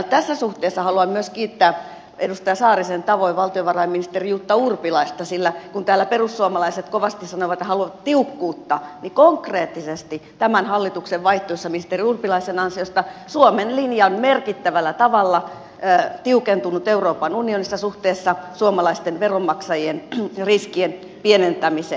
tässä suhteessa haluan myös kiittää edustaja saarisen tavoin valtiovarainministeri jutta urpilaista sillä kun täällä perussuomalaiset kovasti sanoivat että haluavat tiukkuutta niin konkreettisesti tämän hallituksen vaihtuessa ministeri urpilaisen ansiosta suomen linja on merkittävällä tavalla tiukentunut euroopan unionissa suhteessa suomalaisten veronmaksajien riskien pienentämiseen